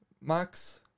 Max